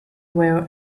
were